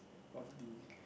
of the